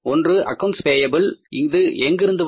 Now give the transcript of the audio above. ஒன்று அக்கௌன்ட் பேயப்பில் இது எங்கிருந்து வரும்